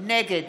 נגד